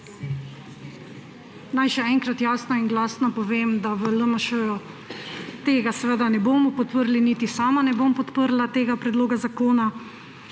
Naj še enkrat jasno in glasno povem, da v LMŠ tega ne bomo podprli, niti sama ne bom podprla tega predloga zakona,